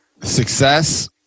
success